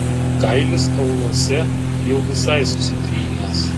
kailis auluose jau visai susitrynęs